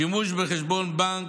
שימוש בחשבון בנק,